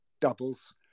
doubles